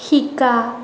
শিকা